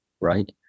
right